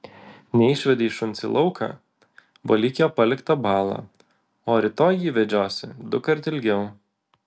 neišvedei šuns į lauką valyk jo paliktą balą o rytoj jį vedžiosi dukart ilgiau